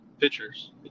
pitchers